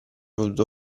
potuto